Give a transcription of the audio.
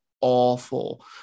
awful